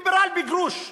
ליברל בגרוש.